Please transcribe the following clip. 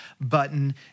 button